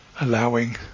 allowing